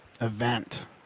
event